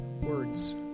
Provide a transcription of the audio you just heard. words